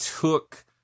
took